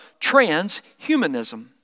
transhumanism